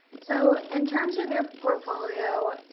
so in terms of your portfolio,